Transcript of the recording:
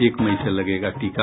एक मई से लगेगा टीका